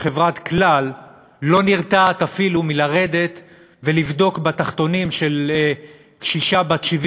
שחברת "כלל" לא נרתעת אפילו מלרדת ולבדוק בתחתונים של קשישה בת 79